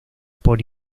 por